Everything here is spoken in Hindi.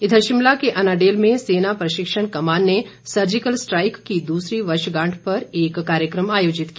इधर शिमला के अनाडेल में सेना प्रशिक्षण कमान ने सर्जिकल स्ट्राईक की दूसरी वर्षगांठ पर आज एक कार्यक्रम आयोजित किया